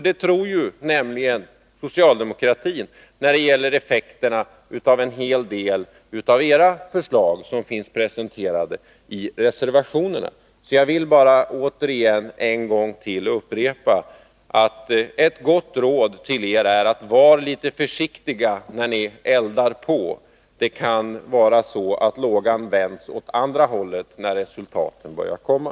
Det tror ni socialdemokrater när det gäller effekterna av en hel del av de förslag som finns presenterade i era reservationer. Jag vill upprepa ett gott råd till er: Var litet försiktiga när ni eldar på! Lågan kan vändas åt andra hållet, när resultaten börjar komma.